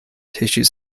tissues